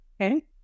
Okay